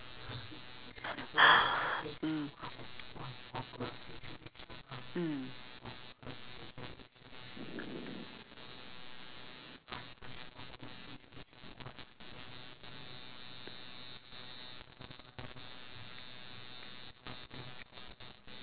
mm mm